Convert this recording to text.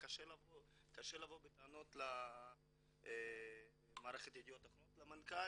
קשה לבוא בטענות למערכת ידיעות אחרונות ולמנכ"ל